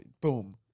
boom